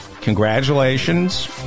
Congratulations